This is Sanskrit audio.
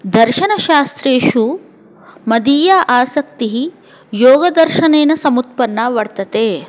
दर्शनशास्त्रेषु मदीया आसक्तिः योगदर्शनेन समुत्पन्ना वर्तते